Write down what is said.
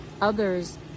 others